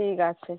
ঠিক আছে